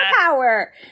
power